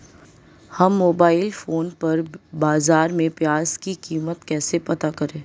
हम mobile phone पर बाज़ार में प्याज़ की कीमत कैसे पता करें?